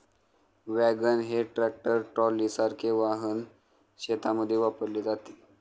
wagon हे tractor ट्रॉलीसारखे वाहन शेतीमध्ये वापरले जाते